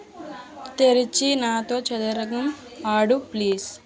తెరిచి నాతో చదరంగం ఆడు ప్లీజ్